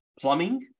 plumbing